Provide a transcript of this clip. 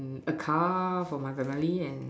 a car for my family and